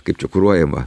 kaip čia kuruojama